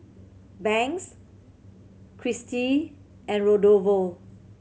Banks Christie and Rodolfo